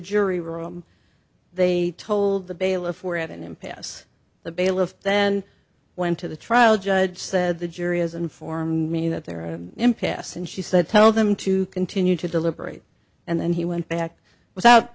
jury room they told the bailiff or at an impasse the bailiff then went to the trial judge said the jury has informed me that there are impasse and she said tell them to continue to deliberate and then he went back without